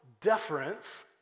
deference